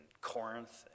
Corinth